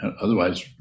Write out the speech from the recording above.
Otherwise